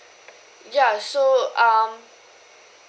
ya so um